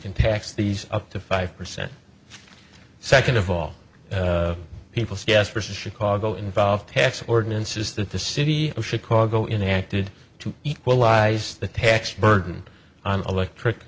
can tax these up to five percent second of all people say yes versus chicago involved tax ordinances that the city of chicago in acted to equalize the tax burden on electric